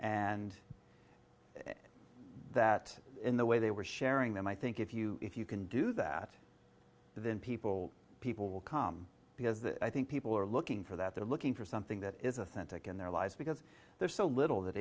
and that in the way they were sharing them i think if you if you can do that then people people will come because i think people are looking for that they're looking for something that is authentic in their lives because there's so little that